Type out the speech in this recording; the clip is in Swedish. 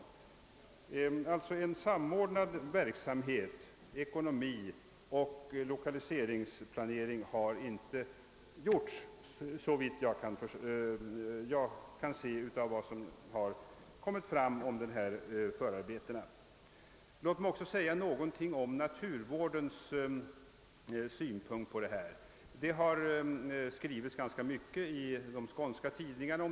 Såvitt jag kan se av förarbetena har det alltså inte gjorts någon samordnad planering när det gäller ekonomi och lokalisering. Låt mig också säga någonting om naturvårdsintressena i detta sammanhang. Det har skrivits ganska mycket om denna sak i de skånska tidningarna.